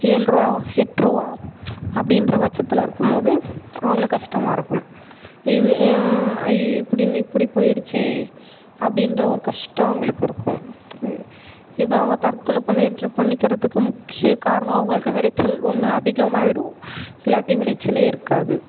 ஏழு ரூபா எட்டு ரூபா அப்படின்றபட்சத்தில் இருக்கும் போது அவங்களுக்கு கஷ்டமாக இருக்கும் இது ஐயையோ இப்படி இப்படி போய்டுத்தே அப்படின்ற ஒரு கஷ்டம் அவங்களுக்கு இருக்கும் இதுதான் அவங்க தற்கொலை பண்ணிட்டு பண்ணிக்கிறதுக்கு முக்கிய காரணம் அவங்களுக்கு விளைச்சல் ஒன்று அதிகமாகிடும் இல்லாட்டி விளைச்சலே இருக்காது